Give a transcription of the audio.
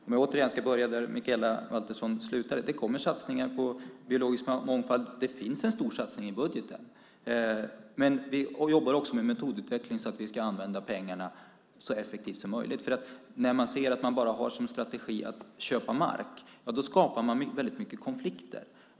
Fru talman! Låt mig återigen börja där Mikaela Valtersson slutade: Det kommer satsningar på biologisk mångfald. Det finns en stor satsning i budgeten, men vi jobbar också med metodutveckling så att vi ska använda pengarna så effektivt som möjligt. När man bara har som strategi att köpa mark, ja, då skapar man väldigt mycket konflikter.